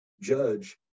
judge